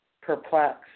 perplexed